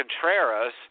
Contreras